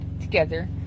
together